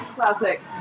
Classic